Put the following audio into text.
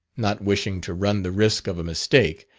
not wishing to run the risk of a mistake,